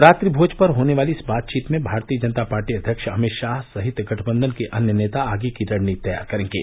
रात्रि भोज पर होने वाली इस बातचीत में भारतीय जनता पार्टी अध्यक्ष अमित शाह सहित गठबंधन के अन्य नेता आगे की रणनीति तैयार करेंगे